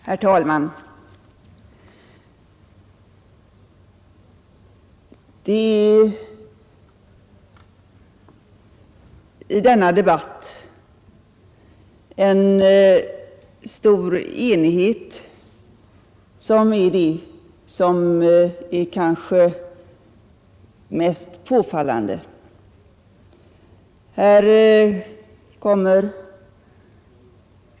Herr talman! I denna debatt är det kanske den stora enigheten som är det mest påfallande.